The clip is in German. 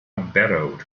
barrow